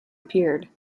appeared